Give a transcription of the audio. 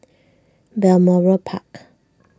Balmoral Park